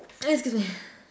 excuse me